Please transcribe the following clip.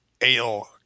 ale